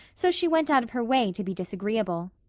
so she went out of her way to be disagreeable.